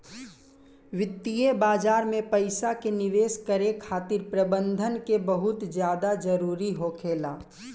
वित्तीय बाजार में पइसा के निवेश करे खातिर प्रबंधन के बहुत ज्यादा जरूरी होखेला